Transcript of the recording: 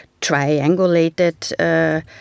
triangulated